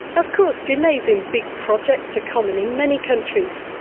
of course, delays in big projects are common in many countries.